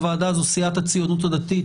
היא סיעת הציונות הדתית,